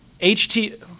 ht